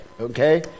okay